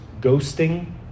Ghosting